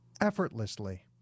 effortlessly